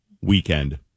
weekend